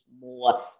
more